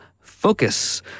Focus